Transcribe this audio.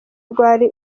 rwari